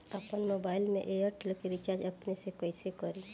आपन मोबाइल में एयरटेल के रिचार्ज अपने से कइसे करि?